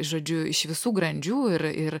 žodžiu iš visų grandžių ir ir